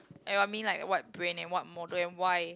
oh I mean like what brand and what model and why